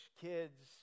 kids